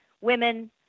women